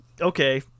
Okay